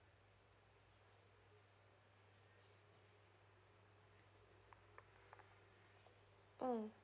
mm